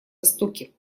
востоке